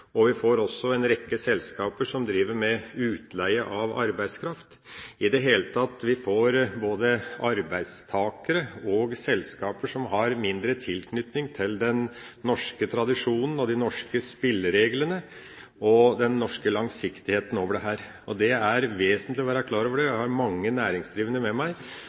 tilknytning. Vi får også en rekke selskaper som driver med utleie av arbeidskraft. I det hele tatt får vi både arbeidstakere og selskaper som har mindre tilknytning til den norske tradisjonen, de norske spillereglene og den norske langsiktigheten her. Det er vesentlig å være klar over det. Jeg, og mange næringsdrivende med meg,